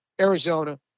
Arizona